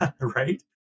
right